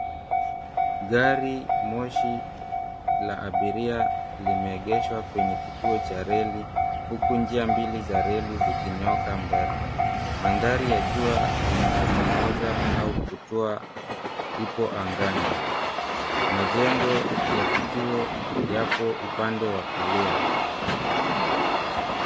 Gari moshi la abiria limeegeshwa kwenye kituo cha reli, huku njia mbili za reli zikinyoka mbele. Manthari ya jua linapochomoza au kutua ipo angani, majengo ya kituo yapo upande wa kulia.